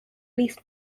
least